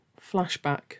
flashback